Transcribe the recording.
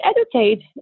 educate